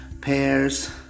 pears